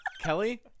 Kelly